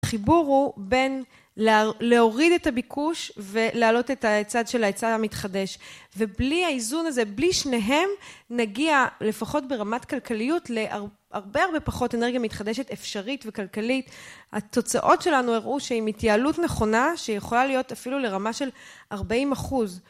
החיבור הוא בין להוריד את הביקוש ולהעלות את הצד של ההיצע המתחדש ובלי האיזון הזה בלי שניהם נגיע לפחות ברמת כלכליות להרבה הרבה פחות אנרגיה מתחדשת אפשרית וכלכלית התוצאות שלנו הראו שעם התייעלות נכונה שיכולה להיות אפילו לרמה של ארבעים אחוז